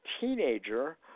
teenager